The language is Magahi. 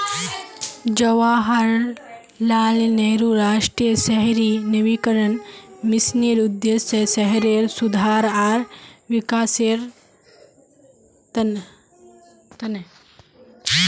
जवाहरलाल नेहरू राष्ट्रीय शहरी नवीकरण मिशनेर उद्देश्य शहरेर सुधार आर विकासेर त न